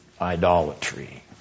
idolatry